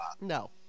No